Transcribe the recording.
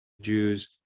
Jews